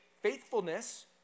faithfulness